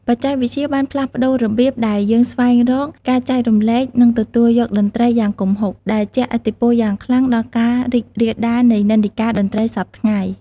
បច្ចេកវិទ្យាបានផ្លាស់ប្ដូររបៀបដែលយើងស្វែងរក ការចែករំលែក និងទទួលយកតន្ត្រីយ៉ាងគំហុក ដែលជះឥទ្ធិពលយ៉ាងខ្លាំងដល់ការរីករាលដាលនៃនិន្នាការតន្ត្រីសព្វថ្ងៃ។